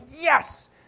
yes